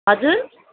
हजुर